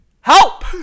Help